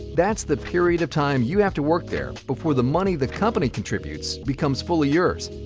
that's the period of time you have to work there before the money the company contributes becomes fully yours.